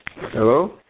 Hello